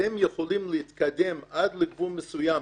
"אתם יכולים להתקדם עד גבול מסוים,